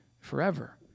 forever